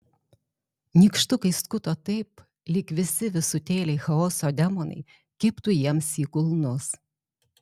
nykštukai skuto taip lyg visi visutėliai chaoso demonai kibtų jiems į kulnus